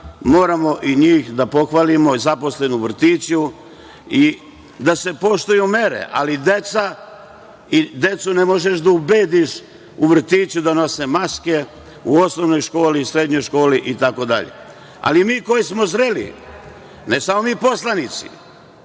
moramo i njih da pohvalimo, i zaposlene u vrtiću i da se poštuju mere, ali decu ne možeš da ubediš u vrtiću da nose maske, u osnovnoj školi, srednjoj itd. Ali, mi koji smo zreli, ne samo mi poslanici,